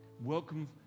Welcome